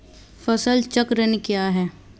फसल चक्रण क्या है?